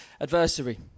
adversary